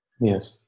Yes